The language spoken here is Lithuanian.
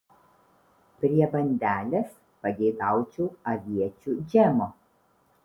prie bandelės pageidaučiau aviečių džemo